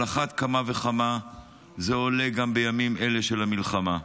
על אחת כמה וכמה זה עולה גם בימים אלה של המלחמה.